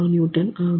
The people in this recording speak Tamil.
28kN ஆகும்